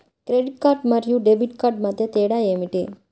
Credit card మరియు debit card మధ్య తేడా ఏమిటి?